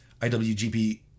IWGP